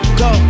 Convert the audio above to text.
go